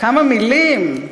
כמה מילים: